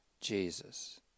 Jesus